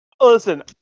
Listen